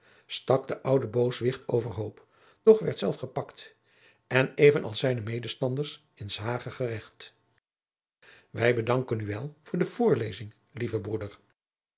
stak den ouden booswicht overhoop doch werd zelf gepakt en even als zijne medestanders in s hage gerecht wij bedanken u wel voor de voorlezing lieve broeder